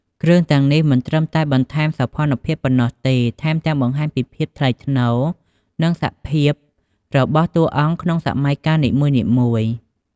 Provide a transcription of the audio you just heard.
គ្រឿងទាំងនេះមិនត្រឹមតែបន្ថែមសោភ័ណភាពប៉ុណ្ណោះទេ ថែមទាំង បង្ហាញពីភាពថ្លៃថ្នូរ និងសភាពរបស់តួអង្គក្នុងសម័យកាលនីមួយៗ។